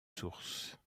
sources